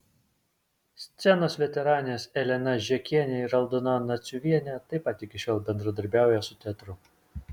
scenos veteranės elena žekienė ir aldona naciuvienė taip pat iki šiol bendradarbiauja su teatru